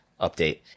update